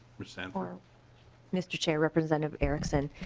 sanford um mr. chair representative erickson